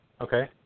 Okay